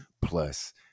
plus